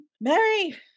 Mary